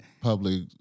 public